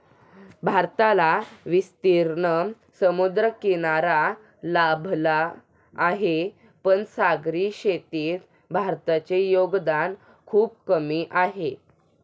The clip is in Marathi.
भारताला विस्तीर्ण समुद्रकिनारा लाभला आहे, पण सागरी शेतीत भारताचे योगदान खूप कमी आहे